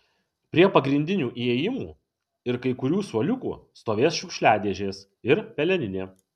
prie pagrindinių įėjimų ir kai kurių suoliukų stovės šiukšliadėžės ir peleninė